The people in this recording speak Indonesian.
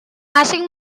asing